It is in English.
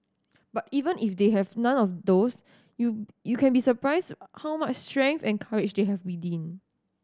but even if they have none of those you you can be surprised how much strength and courage they have within